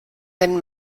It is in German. den